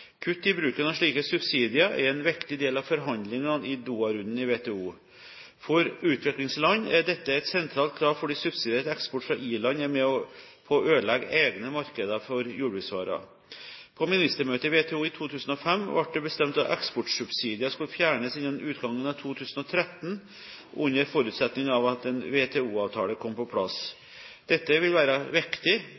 Kutt i bruken av slike subsidier er en viktig del av forhandlingene i Doha-runden i WTO. For utviklingsland er dette et sentralt krav fordi subsidiert eksport fra i-land er med på å ødelegge egne markeder for jordbruksvarer. På ministermøtet i WTO i 2005 ble det bestemt at eksportsubsidier skulle fjernes innen utgangen av 2013 under forutsetning av at en WTO-avtale kom på plass.